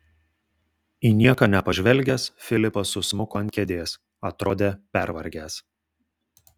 į nieką nepažvelgęs filipas susmuko ant kėdės atrodė pervargęs